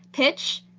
pitch,